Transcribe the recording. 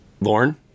Lauren